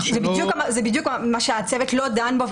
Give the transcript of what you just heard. זה בדיוק מה שהצוות לא דן בו,